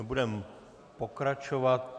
Budeme pokračovat.